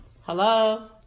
Hello